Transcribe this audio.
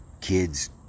kids